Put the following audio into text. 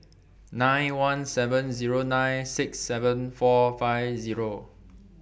nine one seven Zero nine six seven four five Zero